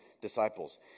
disciples